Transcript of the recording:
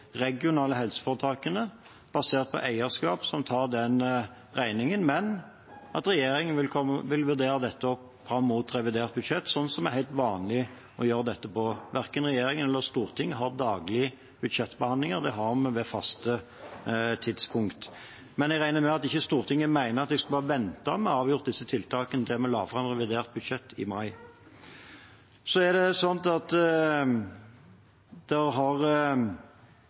regionale helseforetakene, basert på eierskap, som tar den regningen, men at regjeringen vil vurdere dette fram mot revidert budsjett. Det er en helt vanlig måte å gjøre dette på. Verken regjeringen eller Stortinget har daglige budsjettbehandlinger. Det har vi ved faste tidspunkter. Jeg regner med at Stortinget ikke mener at jeg bare skulle ha ventet med å avgjøre disse tiltakene til vi legger fram revidert budsjett i mai. Ellers har mange vært inne på hvordan denne tjenesten skal drives i framtiden. Det